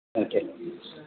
okay